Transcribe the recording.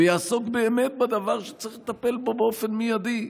ויעסוק באמת בדבר שצריך לטפל בו באופן מיידי,